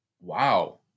wow